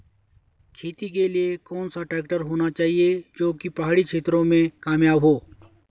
खेती के लिए कौन सा ट्रैक्टर होना चाहिए जो की पहाड़ी क्षेत्रों में कामयाब हो?